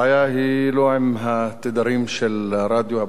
הבעיה היא לא עם התדרים של הרדיו,